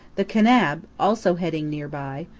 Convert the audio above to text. the kanab, also heading near by,